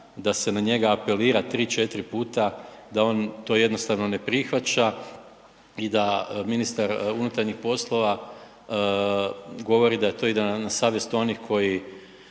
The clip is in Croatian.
da se na njega apelira 3, 4 puta, da on to jednostavno ne prihvaća i da ministar unutarnjih poslova govori da to ide na savjest onih koji